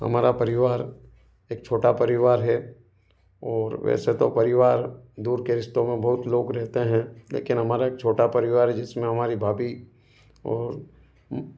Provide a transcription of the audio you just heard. हमारा पारिवार एक छोटा परिवार है और वैसे तो परिवार दूर के रिश्तो में बहुत लोग रहते हैं लेकिन हमारा छोटा परिवार जिसमें हमारी भाभी